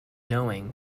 knowing